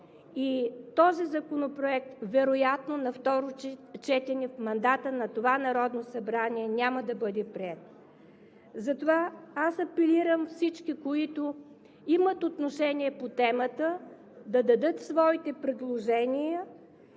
и този законопроект вероятно на второ четене в мандата на това Народно събрание няма да бъде приет. Затова аз апелирам: всички, които имат отношение по темата, да дадат своите предложения